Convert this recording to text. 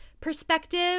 Perspective